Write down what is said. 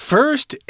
First